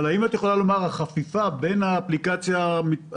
אבל האם את יכולה לומר שהחפיפה בין האפליקציה המפותחת